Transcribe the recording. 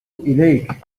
إليك